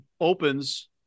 opens